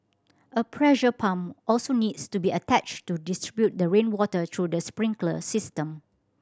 a pressure pump also needs to be attached to distribute the rainwater through the sprinkler system